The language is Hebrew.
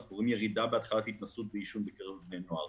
אנחנו רואים ירידה בהתחלה של עישון בקרב בני נוער.